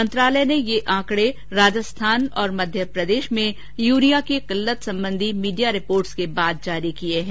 मंत्रालय ने ये आंकडें राजस्थान और मध्यप्रदेश में यूरिया की किल्लत संबंधी मीडिया रिपोर्ट्स के बाद जारी किये हैं